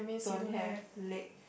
don't have leg